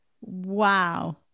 Wow